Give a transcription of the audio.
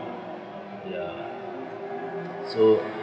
ya so